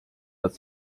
nad